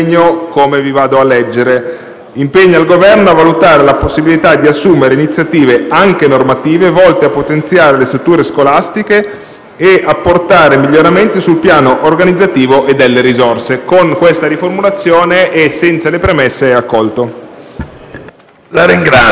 «impegna il Governo a valutare la possibilità di assumere iniziative anche normative volte a potenziare le strutture scolastiche e ad apportare miglioramenti sul piano organizzativo e delle risorse». Con questa riformulazione e senza le premesse l'ordine del giorno